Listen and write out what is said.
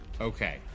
Okay